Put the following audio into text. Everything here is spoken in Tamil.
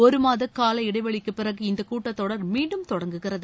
ஒருமாத கால இடைவெளிக்குப் பிறகு இந்த கூட்டத்தொடர் மீண்டும் தொடங்குகிறது